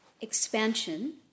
expansion